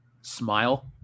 Smile